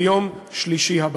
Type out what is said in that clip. ביום שלישי הבא.